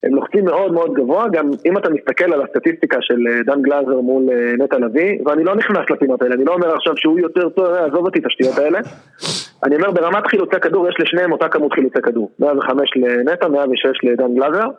הם לוחצים מאוד מאוד גבוה, גם אם אתה מסתכל על הסטטיסטיקה של דן גלזר מול נטע לביא, ואני לא נכנס לפינות האלה, אני לא אומר עכשיו שהוא יותר טוב…עזוב אותי את השטויות האלה. אני אומר, ברמת חילוצי כדור, יש לשניהם אותה כמות חילוצי כדור: 105 לנטע, 106 לדן גלזר